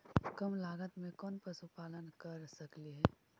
कम लागत में कौन पशुपालन कर सकली हे?